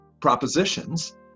propositions